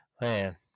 man